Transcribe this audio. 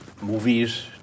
movies